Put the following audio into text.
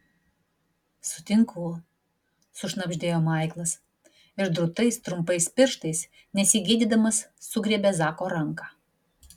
sutinku sušnabždėjo maiklas ir drūtais trumpais pirštais nesigėdydamas sugriebė zako ranką